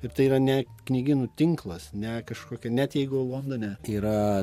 ir tai yra ne knygynų tinklas ne kažkokia net jeigu londone yra